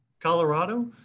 Colorado